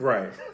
Right